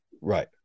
Right